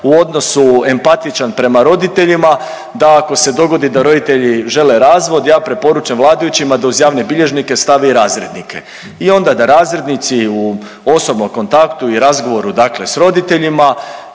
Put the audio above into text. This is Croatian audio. u odnosu empatičan prema roditeljima da ako se dogodi da roditelji žele razvod ja preporučam vladajućima da uz javne bilježnike stave i razrednike i onda da razrednici u osobnom kontaktu i razgovoru s roditeljima